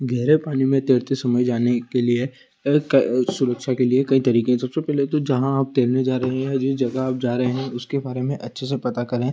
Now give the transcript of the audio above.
गहरे पानी में तैरते समय जाने के लिए सुरक्षा के लिए कई तरीके हैं सबसे पहले तो जहाँ आप तैरने जा रहे हैं जिस जगह आप जा रहे हैं उसके बारे में अच्छे से पता करें